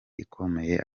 ikomeye